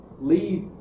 Lee's